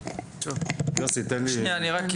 היה לי